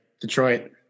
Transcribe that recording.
Detroit